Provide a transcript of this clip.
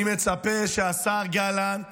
אני מצפה שהשר גלנט